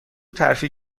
ترفیع